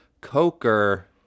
Coker